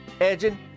edging